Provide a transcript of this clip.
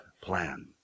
plan